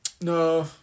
No